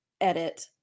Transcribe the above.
edit